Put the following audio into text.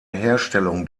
herstellung